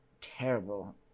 terrible